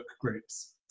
groups